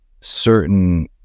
certain